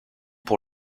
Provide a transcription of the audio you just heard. pour